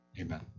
Amen